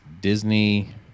Disney